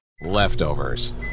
Leftovers